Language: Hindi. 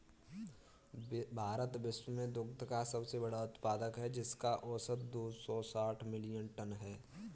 भारत विश्व में दुग्ध का सबसे बड़ा उत्पादक है, जिसका औसत दो सौ साठ मिलियन टन है